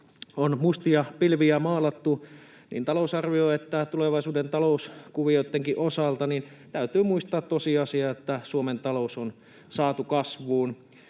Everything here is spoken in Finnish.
on mustia pilviä maalattu niin talousarvion kuin tulevaisuuden talouskuvioittenkin osalta, niin täytyy muistaa se tosiasia, että Suomen talous on saatu kasvuun,